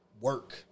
work